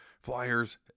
flyers